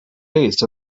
based